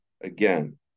again